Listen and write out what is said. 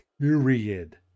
Period